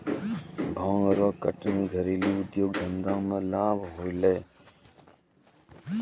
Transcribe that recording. भांग रो कटनी घरेलू उद्यौग धंधा मे लाभ होलै